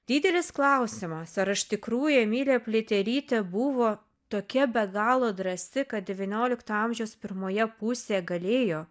didelis klausimas ar iš tikrųjų emilija pliaterytė buvo tokia be galo drąsi kad devyniolikto amžiaus pirmoje pusėje galėjo